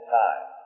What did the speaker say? time